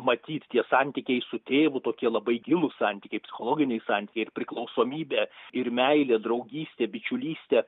matyt tie santykiai su tėvu tokie labai gilūs santykiai psichologiniai santykiai ir priklausomybė ir meilė draugystė bičiulystė